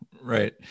Right